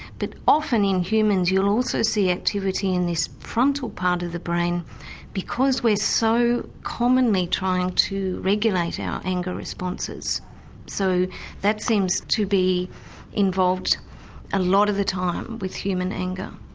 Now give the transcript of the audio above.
but often in humans you'll also see activity in this frontal part of the brain because we're so commonly trying to regulate our anger responses so that seems to be involved a lot of the time with human anger.